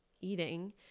eating